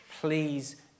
please